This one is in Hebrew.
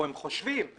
או חושבים,